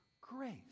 grace